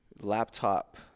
laptop